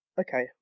okay